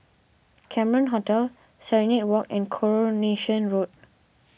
Cameron Hotel Serenade Walk and Coronation Road